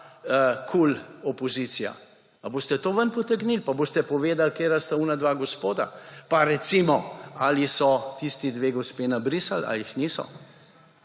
KUL opozicija? Ali boste to ven potegnili pa boste povedali, katera sta tista dva gospoda pa, recimo, ali so tisti dve gospe nabrisali ali jih niso?